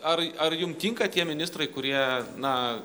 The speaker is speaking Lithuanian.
ar ar jum tinka tie ministrai kurie na